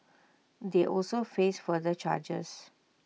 they also face further charges